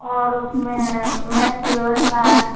और उसमें मेस की व्यवस्था है